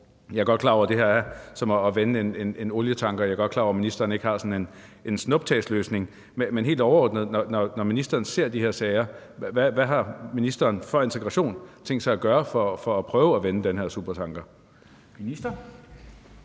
Jeg er godt klar over, at det her er som at vende en olietanker, og jeg er godt klar over, at ministeren ikke har sådan en snuptagsløsning, men når ministeren ser de her sager, hvad har ministeren for integration så helt overordnet tænkt sig at gøre for at prøve at vende den her supertanker?